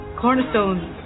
cornerstones